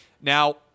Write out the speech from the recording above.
Now